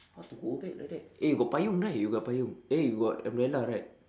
how to go back like that eh you got payung right you got payung eh you got umbrella right